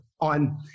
on